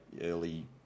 early